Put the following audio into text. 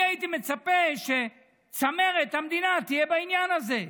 אני הייתי מצפה שצמרת המדינה תהיה בעניין הזה,